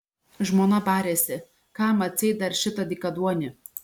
žmona barėsi kam atseit dar šitą dykaduonį